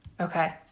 Okay